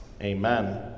Amen